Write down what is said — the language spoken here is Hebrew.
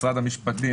משרד המשפטים,